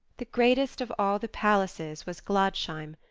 the greatest of all the palaces was gladsheim,